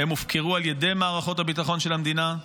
הם הופקרו על ידי מערכות הביטחון של המדינה,